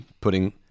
putting